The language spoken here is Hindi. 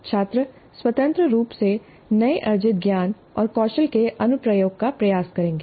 छात्र स्वतंत्र रूप से नए अर्जित ज्ञान और कौशल के अनुप्रयोग का प्रयास करेंगे